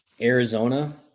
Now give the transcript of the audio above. Arizona